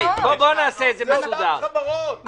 בוודאי שכן, זה אותן חברות.